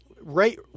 Right